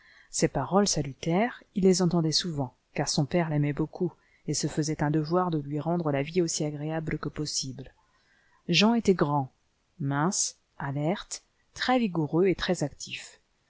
ces paroles salutaires il les entendait souvent car son père l'aimait beaucoup et se faisait un devoir de lui rendre la vie aussi agréable que possible jean était grand mince alerte très vigoureux et